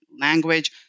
language